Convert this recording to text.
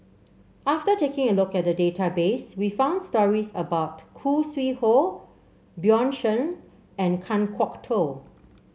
after taking a look at the database we found stories about Khoo Sui Hoe Bjorn Shen and Kan Kwok Toh